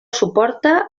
suporta